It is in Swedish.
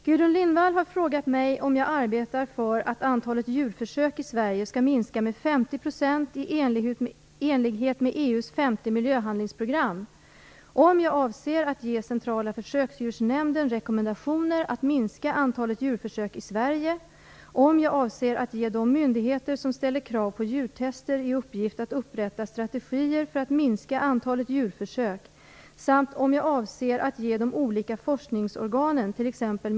Gudrun Lindvall har frågat mig om jag arbetar för att antalet djurförsök i Sverige skall minska med 50 % i enlighet med EU:s femte miljöhandlingsprogram, om jag avser att ge Centrala försöksdjursnämnden rekommendationer att minska antalet djurförsök i Sverige, om jag avser att ge de myndigheter som ställer krav på djurtester i uppgift att upprätta strategier för att minska antalet djurförsök samt om jag avser att ge de olika forskningsorganen, t.ex.